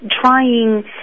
trying